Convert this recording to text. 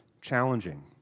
challenging